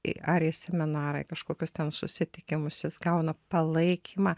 į ar į seminarai kažkokius ten susitikimus jis gauna palaikymą